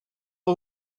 who